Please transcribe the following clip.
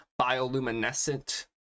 bioluminescent